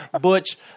Butch